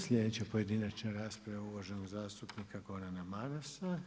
Slijedeća pojedinačna rasprava je uvaženog zastupnika Gordana Marasa.